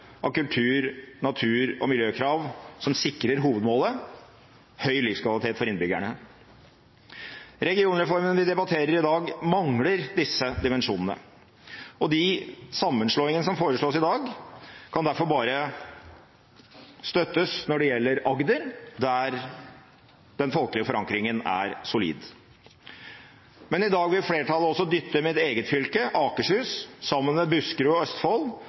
av kultur-, natur- og miljøkrav som sikrer hovedmålet: høy livskvalitet for innbyggerne. Regionreformen vi debatterer i dag, mangler disse dimensjonene. De sammenslåingene som foreslås i dag, kan derfor bare støttes når det gjelder Agder, der den folkelige forankringen er solid. Men i dag vil flertallet også dytte mitt eget fylke, Akershus, sammen med Buskerud og Østfold